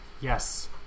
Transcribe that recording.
yes